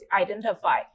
identify